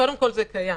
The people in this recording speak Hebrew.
קודם כל, זה קיים.